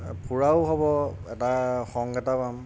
ফূৰাও হ'ব এটা সংগ এটা পাম